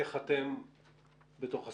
איך אתם בתוך הסיפור?